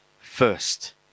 first